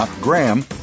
Graham